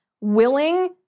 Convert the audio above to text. willing